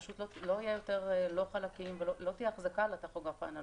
פשוט לא יהיו יותר חלקים ולא תהיה אחזקה לטכוגרף האנלוגי,